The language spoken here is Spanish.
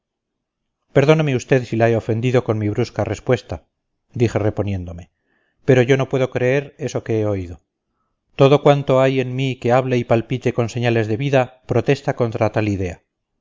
perdóneme usted si la he ofendido con mi brusca respuesta dije reponiéndome pero yo no puedo creer eso que he oído todo cuanto hay en mí que hable y palpite con señales de vida protesta contra tal idea